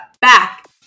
back